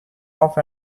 off